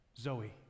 Zoe